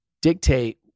dictate